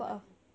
mana